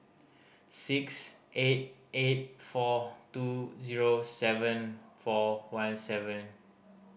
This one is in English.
six eight eight four two zero seven four one seven